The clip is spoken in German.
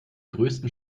größten